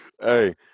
Hey